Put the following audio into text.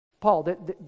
Paul